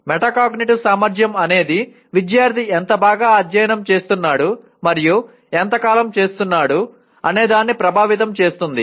metacognitive సామర్ధ్యం అనేది విద్యార్థి ఎంత బాగా అధ్యయనం చేస్తున్నాడు మరియు ఎంతకాలం చేస్తున్నాడు అనేదాన్ని ప్రభావితం చేస్తుంది